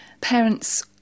Parents